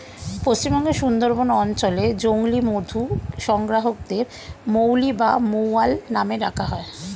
পশ্চিমবঙ্গের সুন্দরবন অঞ্চলে জংলী মধু সংগ্রাহকদের মৌলি বা মৌয়াল নামে ডাকা হয়